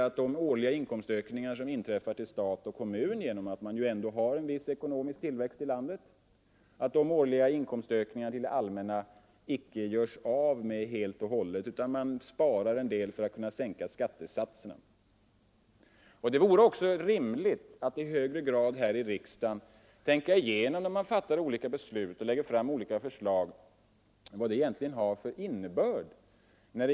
De årliga inkomstökningar som stat och kommun får genom att det ju ändå förekommer en viss ekonomisk tillväxt i landet skulle det allmänna kunna låta bli att helt och hållet göra av med. Man skulle kunna avsätta en del till att kunna sänka skattesatserna. Det vore rimligt att man här i riksdagen i högre grad tänker igenom inför olika beslut och olika förslag, vilka konsekvenser de egentligen får på kostnaderna.